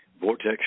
Vortex